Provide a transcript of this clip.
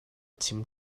chim